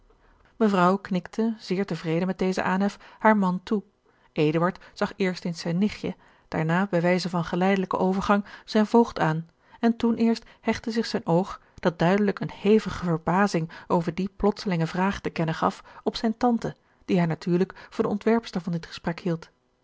mevrouw knikte zeer tevreden met dezen aanhef haren man toe eduard zag eerst eens zijn nichtje daarna bij wijze van geleidelijken overgang zijn voogd aan en toen eerst hechtte zich zijn oog dat duidelijk eene hevige verbazing over die plotselinge vraag te kennen gaf op zijne tante die hij natuurlijk voor de ontwerpster van dit gesprek hield